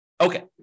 Okay